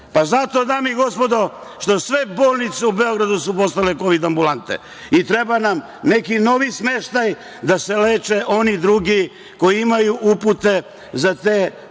Pa, zato, dame i gospodo, što sve bolnice u Beogradu su postale kovid ambulante i treba nam neki novi smeštaj, da se leče oni drugi koji imaju upute za te